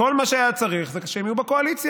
כל מה שהיה צריך זה שהם יהיו בקואליציה.